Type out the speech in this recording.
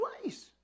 place